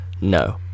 No